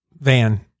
van